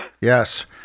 yes